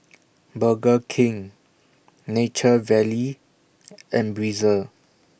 Burger King Nature Valley and Breezer